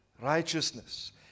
righteousness